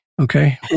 okay